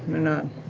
they're not.